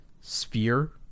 sphere